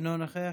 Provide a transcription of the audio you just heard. אינו נוכח,